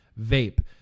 vape